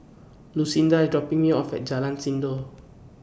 Lucinda IS dropping Me off At Jalan Sindor